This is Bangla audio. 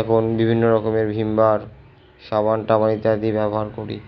এখন বিভিন্ন রকমের ভিম বার সাবান টাবান ইত্যাদি ব্যবহার করি